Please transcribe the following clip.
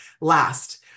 Last